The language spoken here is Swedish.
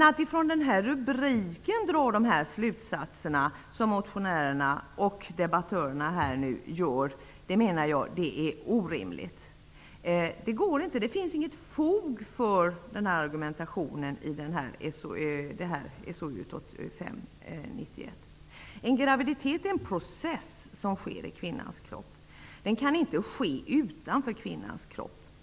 Att från denna rubrik dra de slutsatser som motionärerna och debattörerna här nu gör är, menar jag, orimligt. Det finns inget fog för den argumentationen i SOU 89:51. En graviditet är en process som sker i kvinnans kropp. Den kan inte ske utanför kvinnans kropp.